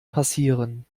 passieren